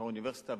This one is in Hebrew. אחרי האוניברסיטה,